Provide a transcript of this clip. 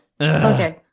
Okay